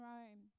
Rome